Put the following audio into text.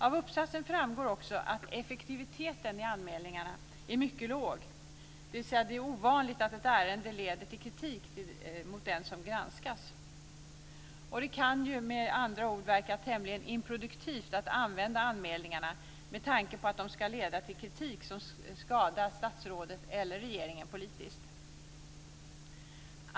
Av uppsatsen framgår också att effektiviteten i anmälningarna är mycket låg, dvs. det är ovanligt att ett ärende leder till kritik mot den som granskas. Det kan ju med andra ord verka tämligen improduktivt att använda anmälningarna med tanke på att de ska leda till kritik som skadar statsrådet eller regeringen politiskt.